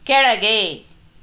ಕೆಳಗೆ